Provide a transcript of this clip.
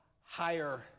higher